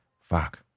Fuck